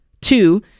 Two